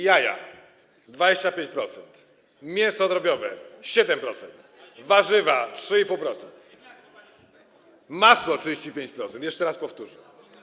Jaja - 25%, mięso drobiowe - 7%, warzywa - 3,5%, masło - 35%, jeszcze raz powtórzę.